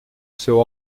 seu